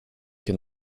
can